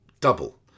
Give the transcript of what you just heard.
double